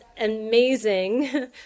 amazing